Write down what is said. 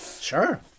Sure